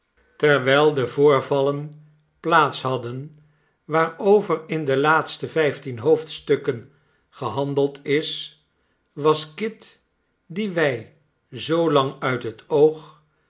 terwijl de voorvallen plaats hadden waarover in de laatste vijftien hoofdstukken gehandeld is was kit dien wij zoolang uit het oog